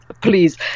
please